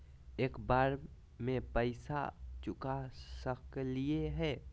एक बार में पैसा चुका सकालिए है?